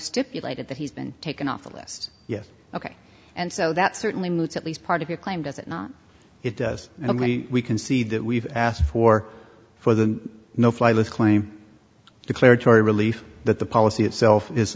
stipulated that he's been taken off the list yes ok and so that certainly moves at least part of your claim does it not it does not mean we can see that we've asked for for the no fly list claim declaratory relief that the policy itself is